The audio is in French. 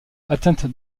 atteinte